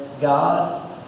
God